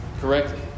correctly